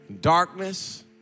darkness